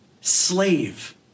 Slave